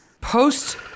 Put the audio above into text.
Post-